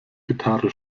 gitarre